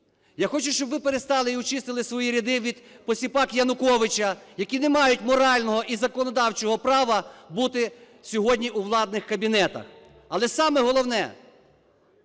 Я хочу, щоб ви перестали і очистили свої ряди від посіпак Януковича, які не мають морального і законодавчого права бути сьогодні у владних кабінетах. Але саме головне: